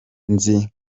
nzi